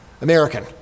American